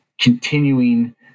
continuing